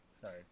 sorry